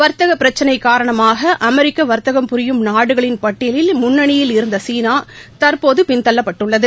வா்த்தகபிரச்சினைகாரணமாகஅமெரிக்காவா்த்தகம் புரியும் நாடுகளின் பட்டியலில் முன்னணியில் இருந்தசீனாதற்போதுபின் தள்ளப்பட்டுள்ளது